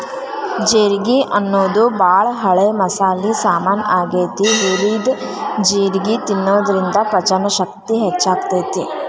ಜೇರ್ಗಿ ಅನ್ನೋದು ಬಾಳ ಹಳೆ ಮಸಾಲಿ ಸಾಮಾನ್ ಆಗೇತಿ, ಹುರಿದ ಜೇರ್ಗಿ ತಿನ್ನೋದ್ರಿಂದ ಪಚನಶಕ್ತಿ ಹೆಚ್ಚಾಗ್ತೇತಿ